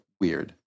weird